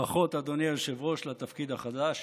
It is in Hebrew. ברכות, אדוני היושב-ראש, על התפקיד החדש.